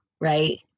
right